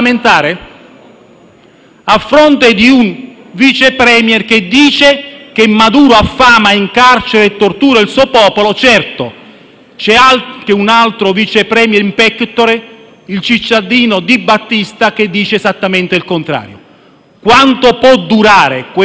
A fronte di un Vice *Premier* che dice che Maduro affama, incarcera e tortura il suo popolo, certo, c'è anche un altro Vice *Premier* *in pectore*, il cittadino Di Battista, che dice esattamente il contrario. Quanto può durare questa situazione?